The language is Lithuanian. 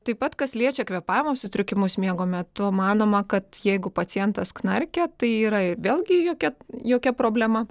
taip pat kas liečia kvėpavimo sutrikimus miego metu manoma kad jeigu pacientas knarkia tai yra ir vėlgi jokia jokia problema